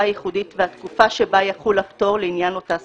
הייחודית והתקופה שבה יחול הפטור לעניין אותה שפה,